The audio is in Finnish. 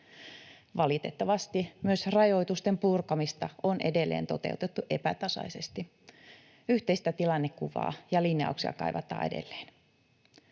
Valitettavasti myös rajoitusten purkamista on edelleen toteutettu epätasaisesti. Yhteistä tilannekuvaa ja linjauksia kaivataan edelleen.